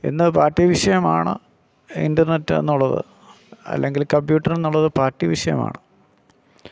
ഇന്ന് പാർട്ടി വിഷയമാണ് ഇൻ്റർനെറ്റ് എന്നുള്ളത് അല്ലെങ്കിൽ കമ്പ്യൂട്ടർ എന്നുള്ളത് പാർട്ടി വിഷയമാണ്